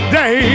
day